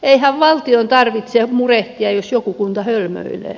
eihän valtion tarvitse murehtia jos joku kunta hölmöilee